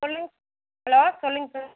சொல்லுங்க ஹலோ சொல்லுங்கள் சார்